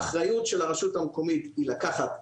האחריות של הרשות המקומית היא לקחת,